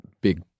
big